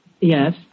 Yes